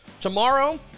Tomorrow